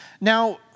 Now